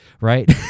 right